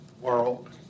world